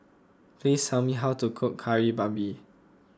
please tell me how to cook Kari Babi